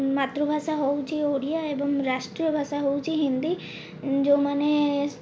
ମାତୃଭାଷା ହେଉଛି ଓଡ଼ିଆ ଏବଂ ରାଷ୍ଟ୍ରୀୟ ଭାଷା ହେଉଛି ହିନ୍ଦୀ ଯେଉଁମାନେ